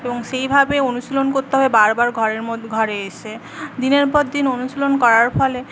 এবং সেইভাবে অনুশীলন করতে হবে বারবার ঘরের মধ্যে ঘরে এসে দিনের পর দিন অনুশীলন করার ফলে